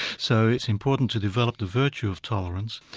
so it's important to develop the virtue of tolerance.